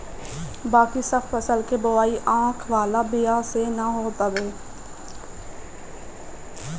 बाकी सब फसल के बोआई आँख वाला बिया से ना होत हवे